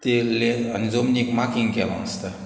तें ले आनी जमनीक मार्कींग केलो आसता